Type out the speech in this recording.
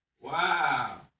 Wow